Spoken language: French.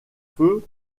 feu